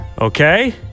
Okay